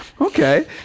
okay